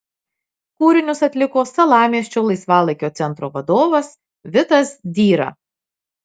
kūrinius atliko salamiesčio laisvalaikio centro vadovas vitas dyra